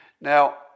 Now